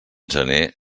gener